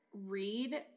read